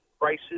prices